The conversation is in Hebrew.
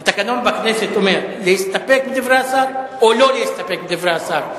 התקנון בכנסת אומר: להסתפק בדברי השר או לא להסתפק בדברי השר.